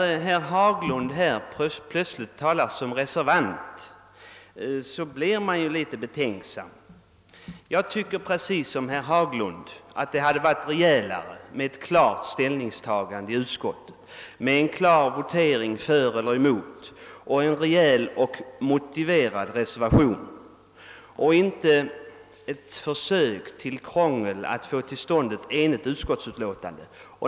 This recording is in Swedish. Då herr Haglund här plötsligt talar som reservant blir man litet betänksam. Jag tycker precis som herr Haglund att det varit rejälare med ett klart ställningstagande i utskottet, med en klar votering för eler emot samt en rejäl och motiverad reservation i stället för ett försök till krångel för att få till stånd ett enigt utskottsutlåtande.